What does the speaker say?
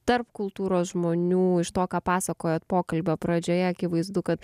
tarp kultūros žmonių iš to ką pasakojote pokalbio pradžioje akivaizdu kad